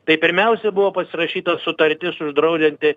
tai pirmiausia buvo pasirašyta sutartis uždraudžianti